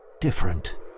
different